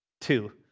two?